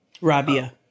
Rabia